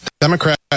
Democrat